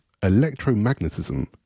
electromagnetism